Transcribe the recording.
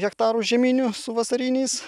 hektarų žieminių su vasariniais